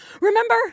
Remember